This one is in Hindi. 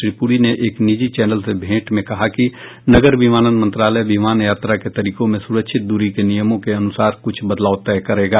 श्री पुरी ने एक निजी चैनल से भेंट में कहा कि नागर विमानन मंत्रालय विमान यात्रा के तरीकों में सुरक्षित दूरी के नियमों के अनुसार क्छ बदलाव तय करेगा